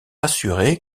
assuré